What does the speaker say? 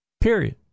period